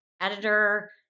editor